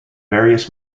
various